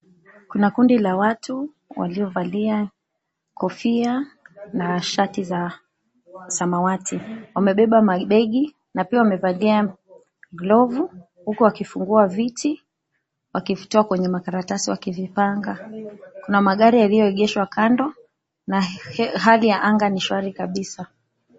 Kuna kundi la watu waliovalia kofia na shati za samawati. Wamebeba mabegi na pia wamevalia glovu, huku wakifungua viti wakivitoa kwenye makaratasi wakivipanga. Kuna magari yaliyoegeshwa kando na hali ya anga ni shwari kabisa.